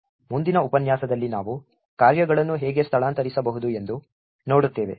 ಮುಂದಿನ ಉಪನ್ಯಾಸದಲ್ಲಿ ನಾವು ಕಾರ್ಯಗಳನ್ನು ಹೇಗೆ ಸ್ಥಳಾಂತರಿಸಬಹುದು ಎಂದು ನೋಡುತ್ತೇವೆ